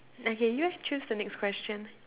okay you choose the next question